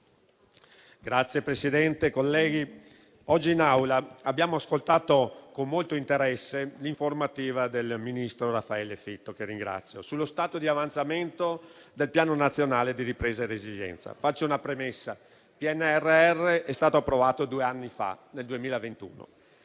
Signor Presidente, oggi in Aula abbiamo ascoltato con molto interesse l'informativa del ministro Raffaele Fitto, che ringrazio, sullo stato di avanzamento del Piano nazionale di ripresa e resilienza. Faccio una premessa. Il PNRR è stato approvato due anni fa, nel 2021.